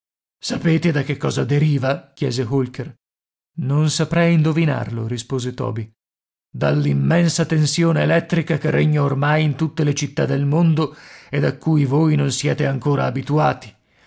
sapete da che cosa deriva chiese holker non saprei indovinarlo rispose toby dall'immensa tensione elettrica che regna ormai in tutte le città del mondo ed a cui voi non siete ancora abituati